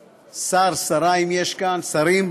שר, שרה, אם יש כאן, שרים,